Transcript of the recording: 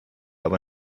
aber